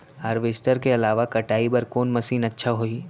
Harvester के अलावा कटाई बर कोन मशीन अच्छा होही?